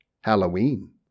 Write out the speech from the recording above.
Halloween